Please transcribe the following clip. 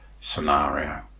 scenario